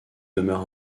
demeure